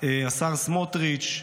השר סמוטריץ',